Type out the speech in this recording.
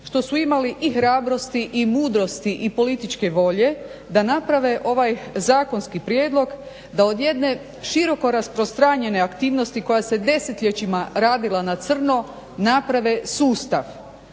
što su imali i hrabrosti i mudrosti i političke volje da naprave ovaj zakonski prijedlog da od jedne široko rasprostranjene aktivnosti koja se desetljećima radila na crno naprave sustav,